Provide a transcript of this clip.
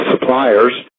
suppliers